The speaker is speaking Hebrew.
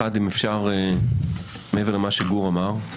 אחת, אם אפשר, מעבר למה שגור אמר,